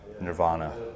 Nirvana